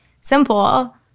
simple